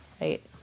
right